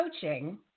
coaching